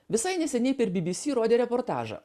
visai neseniai per bbc rodė reportažą